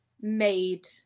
made